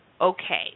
Okay